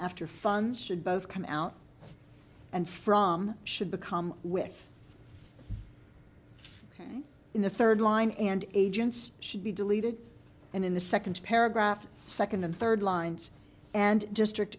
after funds should both come out and from should become with in the third line and agents should be deleted and in the second paragraph second and third lines and district